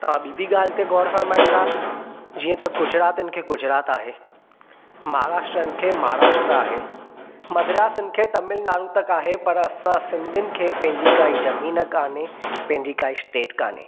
तव्हां ॿीं बि ॻाल्हि ते ग़ौरु फरमाईंदा जीअं त गुजरतीयुनि खे गुजरात आहे महाराष्ट्रनि खे महाराष्ट्र आहे मद्रासीयुनि खे तमिलनाडु तक आहे पर असां सिंधिन खे पंहिंजी काई ज़मीन कोन्हे पंहिंजी काई स्टेट कोन्हे